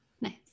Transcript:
Nice